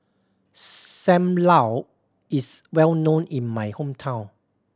Sam Lau is well known in my hometown